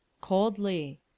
coldly